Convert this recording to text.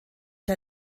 der